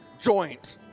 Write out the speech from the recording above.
joint